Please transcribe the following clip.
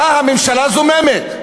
מה הממשלה זוממת?